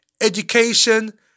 Education